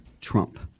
Trump